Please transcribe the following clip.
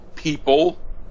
People